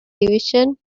division